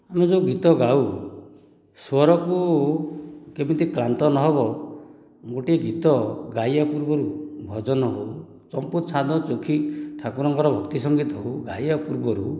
ଆମେ ଯେଉଁ ଗୀତ ଗାଉ ସ୍ୱରକୁ କେମିତି କ୍ଲାନ୍ତ ନହେବ ଗୋଟିଏ ଗୀତ ଗାଇବା ପୂର୍ବରୁ ଭଜନ ହେଉ ଚମ୍ପୁ ଛାନ୍ଦ ଚୋଖି ଠାକୁରଙ୍କର ଭକ୍ତି ସଙ୍ଗୀତ ଗାଇବା ପୂର୍ବରୁ